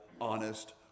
honest